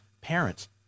parents